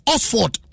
Oxford